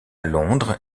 londres